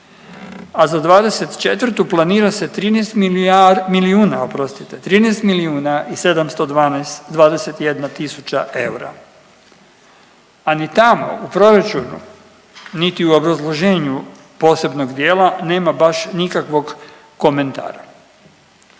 milijuna oprostite, 13 milijuna i 712, 721 tisuća eura. A ni tamo u proračunu, niti u obrazloženju posebnog dijela nema baš nikakvog komentara.